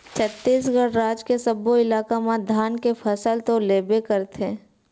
छत्तीसगढ़ राज के सब्बो इलाका म धान के फसल तो लेबे करथे